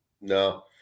no